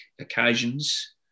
occasions